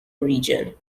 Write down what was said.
region